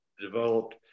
developed